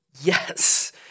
yes